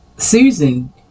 Susan